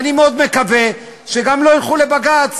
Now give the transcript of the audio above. אני מאוד מקווה שגם לא ילכו לבג"ץ,